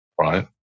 right